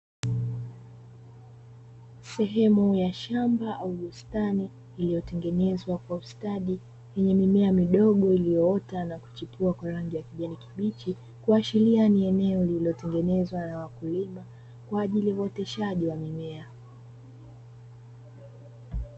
Sehemu ya shamba au bustani iliyotengenezwa kwa ustadi yenye mimea midogo iliyoota na kuchipua kwa rangi ya kijani kibichi, kuashiria ni eneo lililotengenezwa na wakulima kwa ajili ya uoteshaji wa mimea.